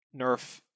nerf